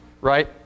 right